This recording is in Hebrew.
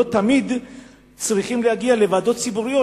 לא תמיד צריכים להגיע לוועדות ציבוריות,